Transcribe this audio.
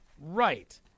Right